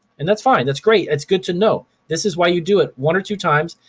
and that's fine, that's great, that's good to know. this is why you do it one or two times.